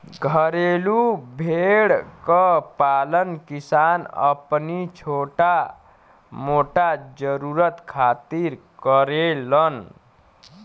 घरेलू भेड़ क पालन किसान अपनी छोटा मोटा जरुरत खातिर करेलन